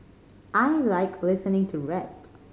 I like listening to rap